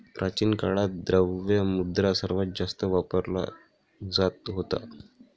प्राचीन काळात, द्रव्य मुद्रा सर्वात जास्त वापरला जात होता